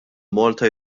malta